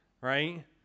right